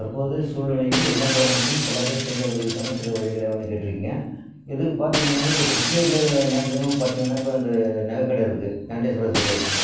தற்போது சூழ்நிலைகள் விளம்பரம் மற்றும் பலரை சென்றடைவதற்கான சில வழிகள் எவைன்னு கேட்டிருக்கீங்க இது பார்த்தீங்கன்னாக்கா இப்போ கிருஷ்ணகிரியில் மேக்சிமம் பார்த்தீங்கன்னா இப்போ இந்த நகைக்கடை இருக்குது வெங்கடேஸ்வரா ஜூவல்லர்ஸ்